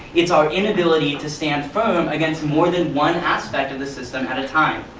it's our inability to stand firm against more than one aspect of the system at a time.